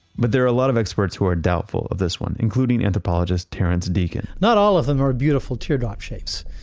but there are a lot of experts who were doubtful of this one including anthropologists, terrence deacon not all of them are beautiful teardrop shapes.